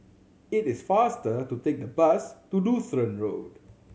it is faster to take the bus to Lutheran Road